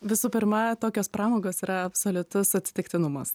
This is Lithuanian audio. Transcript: visų pirma tokios pramogos yra absoliutus atsitiktinumas